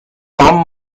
tom